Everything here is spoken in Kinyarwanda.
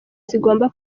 zigomba